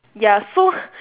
ya so